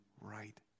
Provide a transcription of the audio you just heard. right